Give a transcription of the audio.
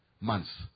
months